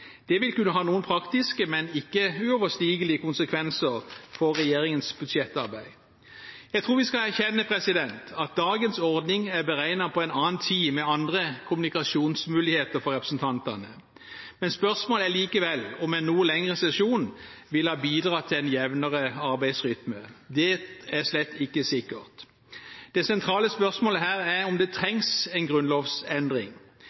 Det vil kunne ha noen praktiske, men ikke uoverstigelige, konsekvenser for regjeringens budsjettarbeid. Jeg tror vi skal erkjenne at dagens ordning er beregnet på en annen tid med andre kommunikasjonsmuligheter for representantene. Spørsmålet er likevel om en noe lengre sesjon ville ha bidratt til en jevnere arbeidsrytme. Det er slett ikke sikkert. Det sentrale spørsmålet her er om det